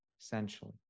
essentially